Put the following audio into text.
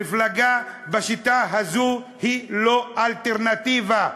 מפלגה בשיטה הזו היא לא אלטרנטיבה,